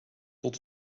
tot